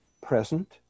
present